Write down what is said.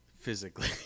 physically